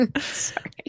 Sorry